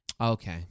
Okay